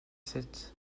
sept